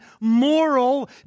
moral